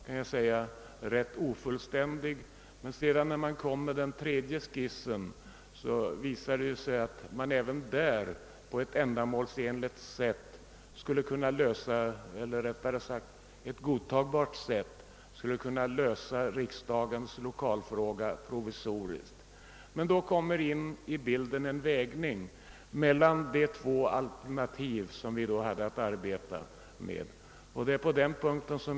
Den var rätt ofullständig, men en tredje skiss klargjorde att man även där på ett godtagbart sätt skulle kunna lösa riksdagens lokalfråga provisoriskt. Det måste således bli en avvägning mellan de två alternativ vi hade att arbeta med.